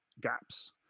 gaps